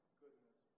goodness